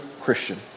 christian